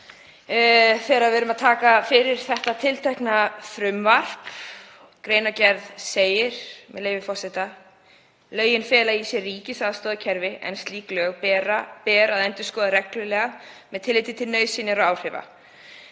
þegar við tökum fyrir þetta tiltekna frumvarp. Í greinargerð segir, með leyfi forseta: „Lögin fela í sér ríkisaðstoðarkerfi, en öll slík lög ber að endurskoða reglulega með tilliti til nauðsynjar og áhrifa.“